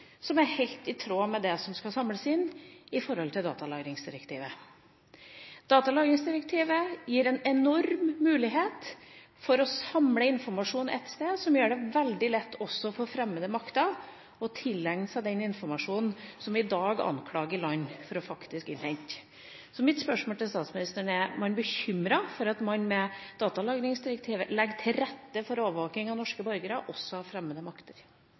helt i tråd med det som etter datalagringsdirektivet skal samles inn. Datalagringsdirektivet gir en enorm mulighet til å samle informasjon ett sted, noe som gjør det veldig lett også for fremmede makter å tilegne seg den informasjonen som vi i dag anklager land for å innhente. Mitt spørsmål til statsministeren er: Er man bekymret for at man med datalagringsdirektivet legger til rette for overvåking av norske borgere også av fremmede makter?